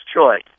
choice